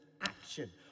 action